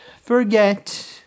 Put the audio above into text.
forget